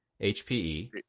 HPE